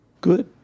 good